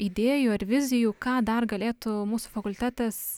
idėjų ar vizijų ką dar galėtų mūsų fakultetas